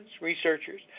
researchers